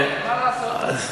אני אסיים, אדוני.